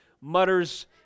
mutters